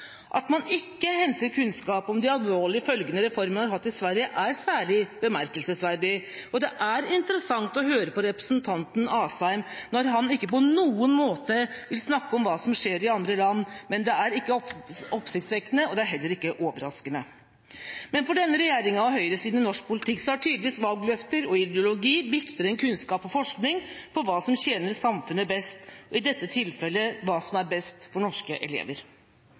At man ikke henter kunnskap om de alvorlige følgene reformen har hatt i Sverige, er særlig bemerkelsesverdig, og det er interessant å høre på representanten Asheim når han ikke på noen måte vil snakke om hva som skjer i andre land. Men det er ikke oppsiktsvekkende, og det er heller ikke overraskende. For denne regjeringa og høyresiden i norsk politikk er tydeligvis valgløfter og ideologi viktigere enn kunnskap om og forskning på hva som tjener samfunnet best, og i dette tilfellet hva som er best for norske elever.